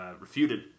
refuted